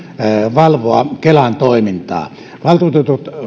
valvoa kelan toimintaa valtuutetut